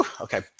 Okay